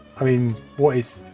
i mean, what is,